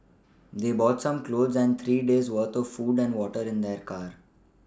they brought some clothes and three days' worth of food and water in their car